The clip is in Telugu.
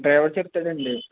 డ్రైవర్ చెప్తాడు అండి